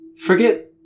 forget